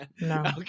No